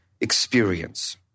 experience